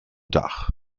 dach